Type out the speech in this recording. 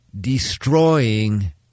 destroying